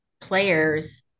players